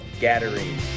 gathering